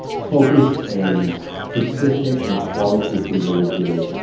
focused and persistent in the quality of food that we're getting.